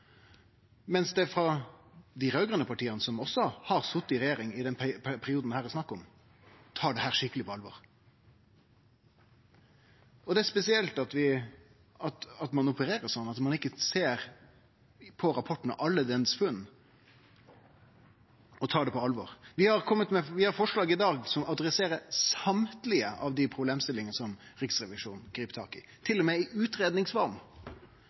mens dei raud-grøne partia, som også har sete i regjering i den perioden det her er snakk om, tar dette skikkeleg på alvor. Det er spesielt at ein opererer sånn, at ein ikkje ser på rapporten og alle funna der og tar det på alvor. Vi har forslag i dag som adresserer alle dei problemstillingane som Riksrevisjonen grip tak i, til og med i